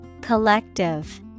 Collective